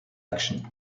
action